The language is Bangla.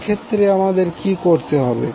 এক্ষেত্রে আমাদের কি করতে হবে